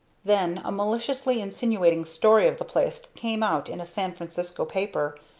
then a maliciously insinuating story of the place came out in a san francisco paper,